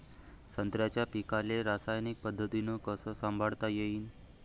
संत्र्याच्या पीकाले रासायनिक पद्धतीनं कस संभाळता येईन?